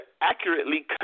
accurately